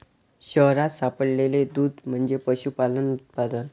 शहरात सापडलेले दूध म्हणजे पशुपालन उत्पादन